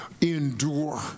endure